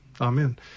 Amen